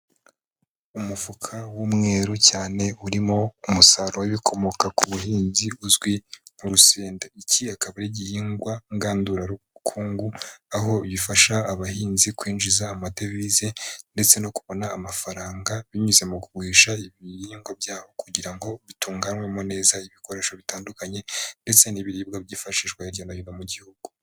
Umufuka w'umweru cyane urimo umusaruro w'ibikomoka ku buhinzi uzwi nk'urusenda. Iki akaba ari gihingwa ngandurabukungu, aho bifasha abahinzi kwinjiza amadevize, ndetse no kubona amafaranga binyuze mu kugurisha ibihingwa byaho kugira ngo bitunganwemo neza ibikoresho bitandukanye ndetse n'ibiribwa byifashishwa hirya no hino mu gihugu.